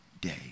day